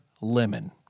lemon